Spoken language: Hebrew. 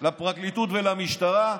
לפרקליטות ולמשטרה.